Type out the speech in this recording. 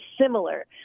similar